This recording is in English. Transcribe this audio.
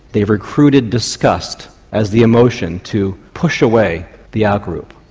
they've recruited disgust as the emotion to push away the out group,